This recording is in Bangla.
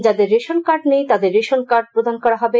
যাদের রেশন কার্ড নেই তাদের রেশন কার্ড প্রদান করা হবে